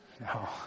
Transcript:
No